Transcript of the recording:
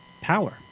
power